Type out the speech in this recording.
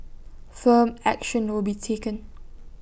firm action will be taken